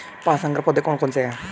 पाँच संकर पौधे कौन से हैं?